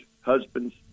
husbands